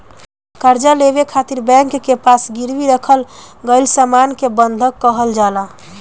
कर्जा लेवे खातिर बैंक के पास गिरवी रखल गईल सामान के बंधक कहल जाला